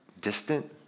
distant